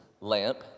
lamp